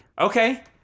okay